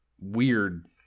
weird